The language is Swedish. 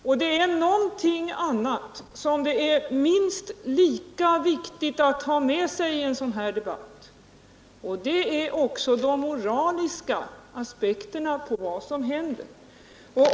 Och det är någonting annat som det är minst lika viktigt att ha med sig i en sådan här debatt, och det är de moraliska aspekterna på vad som händer.